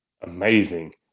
amazing